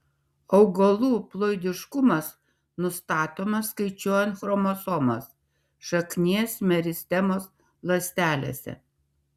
augalų ploidiškumas nustatomas skaičiuojant chromosomas šaknies meristemos ląstelėse